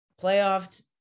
Playoffs